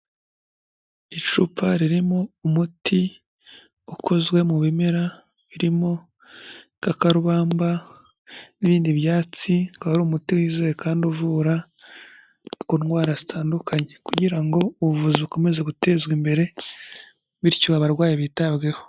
Icupa ririmo umuti ukozwe mu bimera birimo igikakarubamba n'ibindi byatsi, ukaba ari umuti wizewe kandi uvura ku ndwara zitandukanye kugira ngo ubuvuzi bukomeze gutezwa imbere bityo abarwayi bitabweho.